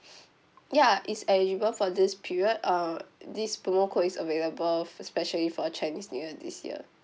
ya it's eligible for this period uh this promo code is available specially for chinese new year this year